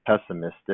pessimistic